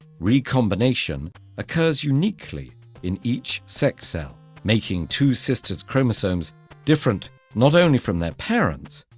recombination occurs uniquely in each sex cell making two sisters' chromosomes different not only from their parents',